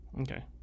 Okay